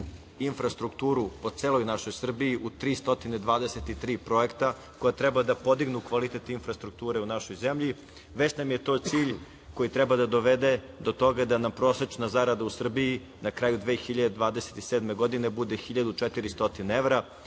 infrastrukturu po celoj našoj Srbiji, u 323 projekta, koji treba podignu kvalitet infrastrukture u našoj zemlji, već nam je to cilj koji treba da dovede do toga da nam prosečna zarada u Srbiji na kraju 2027. godine bude 1.400 evra,